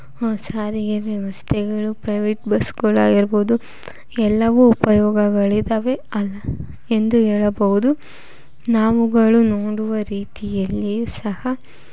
ಸಾರಿಗೆ ವ್ಯವಸ್ಥೆಗಳು ಪ್ರೈವೇಟ್ ಬಸ್ಗಳಾಗಿರ್ಬೋದು ಎಲ್ಲವೂ ಉಪಯೋಗಗಳಿದವೆ ಎಂದು ಹೇಳಬಹುದು ನಾವುಗಳು ನೋಡುವ ರೀತಿಯಲ್ಲಿಯೂ ಸಹ